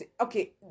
okay